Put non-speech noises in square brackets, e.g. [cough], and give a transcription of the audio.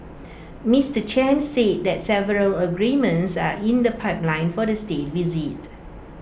[noise] Mister Chen said that several agreements are in the pipeline for the State Visit